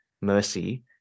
mercy